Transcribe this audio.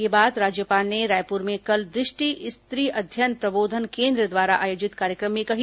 यह बात राज्यपाल ने रायपुर में कल दृष्टि स्त्री अध्ययन प्रबोधन केन्द्र द्वारा आयोजित कार्यक्रम में कही